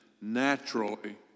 naturally